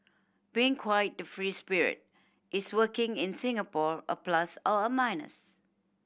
being quite the free spirit is working in Singapore a plus or a minus